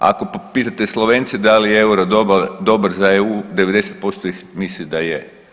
Ako pitate Slovence da li je euro dobar za EU 90% ih misli da je.